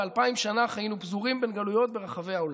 ואלפיים שנה חיינו פזורים בין הגלויות ברחבי העולם.